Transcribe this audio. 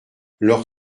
leur